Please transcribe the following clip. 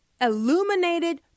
Illuminated